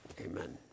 Amen